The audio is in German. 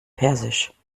persisch